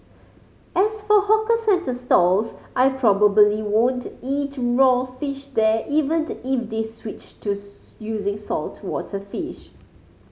as for hawker centre stalls I probably won't eat raw fish there even the if they switched to using saltwater fish